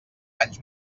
anys